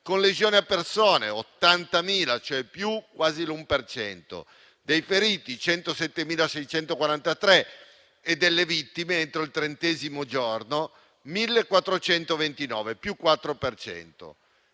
con lesioni a persone (80.000, più quasi l'un per cento), dei feriti (107.643) e delle vittime entro il trentesimo giorno (1.429, più 4